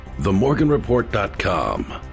TheMorganReport.com